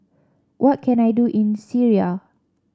what can I do in Syria